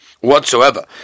whatsoever